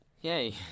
Yay